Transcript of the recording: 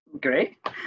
great